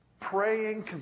praying